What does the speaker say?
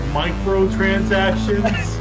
microtransactions